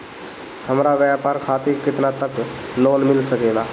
हमरा व्यापार खातिर केतना तक लोन मिल सकेला?